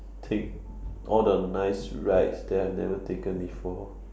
take all the nice rides that I have never taken before